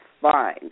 fine